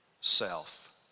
self